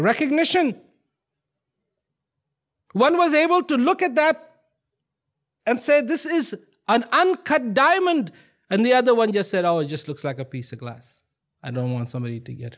recognition one was able to look at that and said this is an uncut diamond and the other one just said i was just looks like a piece of glass i don't want somebody to get